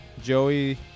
Joey